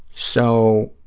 so,